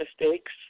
mistakes